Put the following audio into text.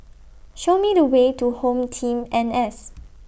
Show Me The Way to Home Team N S